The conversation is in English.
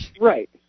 Right